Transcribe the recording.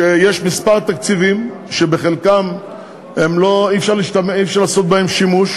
שיש כמה תקציבים שבחלקם אי-אפשר לעשות שימוש,